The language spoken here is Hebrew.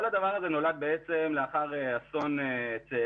כל הדבר הזה נולד לאחר אסון צאלים,